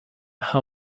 how